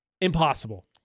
Impossible